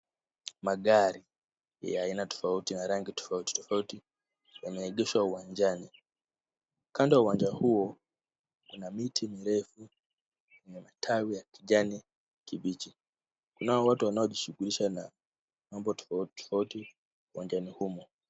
Magari ya aina tofauti ya rangi tofauti tofauti yameegeshwa uwanjani. Kando ya uwanja huo kuna miti mirefu na matawi ya kijani kibichi. Kunao watu wanaojishughulisha na mambo tofauti tofauti uwanjani humu.